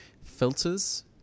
filters